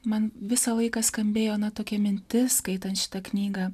man visą laiką skambėjo na tokia mintis skaitant šitą knygą